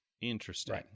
Interesting